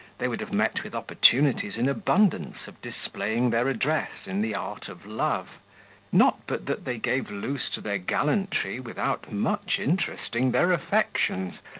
they would have met with opportunities in abundance of displaying their address in the art of love not but that they gave loose to their gallantry without much interesting their affections,